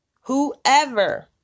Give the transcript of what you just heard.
Whoever